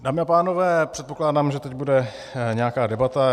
Dámy a pánové, předpokládám, že teď bude nějaká debata.